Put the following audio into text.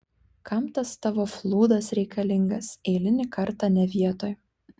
kam tas tavo flūdas reikalingas eilinį kartą ne vietoj